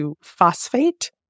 phosphate